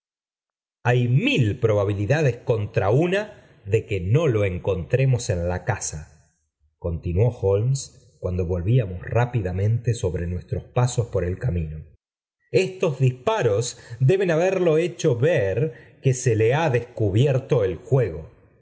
hay mil probabilidades contra untt b ipin lo encontremos en la casa continué jmum do volvíamos rápidamente sobre muslo puf el camino estos disparos deben hauib le h ver que se le ha descubierto el juego